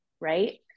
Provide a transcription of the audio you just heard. right